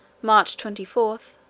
march twenty four,